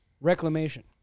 reclamation